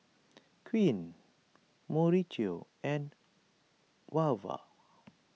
Quint Mauricio and Wava